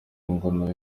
ingoma